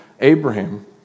Abraham